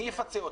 מי יפצה אותו?